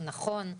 הוא נכון,